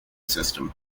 system